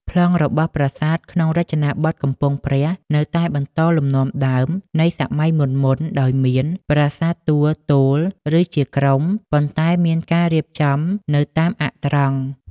ប្លង់របស់ប្រាសាទក្នុងរចនាបថកំពង់ព្រះនៅតែបន្តលំនាំដើមនៃសម័យមុនៗ ដោយមាន ប្រាសាទតួទោល ឬជាក្រុម ប៉ុន្តែមានការរៀបចំនៅតាមអ័ក្សត្រង់។